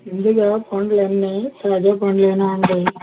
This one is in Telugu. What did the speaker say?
ఇందులో పళ్ళ అన్నీ తాజా పళ్ళేనా అండి